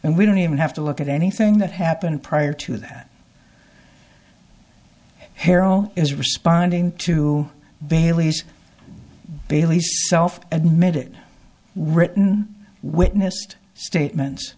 and we don't even have to look at anything that happened prior to that harrell is responding to bailey's bailey's admit it written witnessed statements